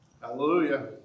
Hallelujah